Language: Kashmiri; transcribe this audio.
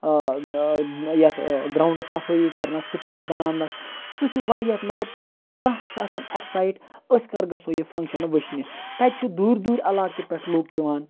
یَتھ گروُنڈَس صفٲیی کَرنَس سٹیج بَناونَس سُہ چھُ واریاہ مَطلَب ہَر کانٛہہ چھُ آسان ایٚکسایٹ أسۍ کَر گَژھو یہِ فَنٛکشَن وِچھنہِ تَتہِ چھِ دوٗرِ دوٗرِ عَلاقہ پٮ۪ٹھ لُکھ یِوان